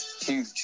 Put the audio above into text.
huge